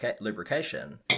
lubrication